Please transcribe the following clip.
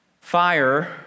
Fire